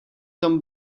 tom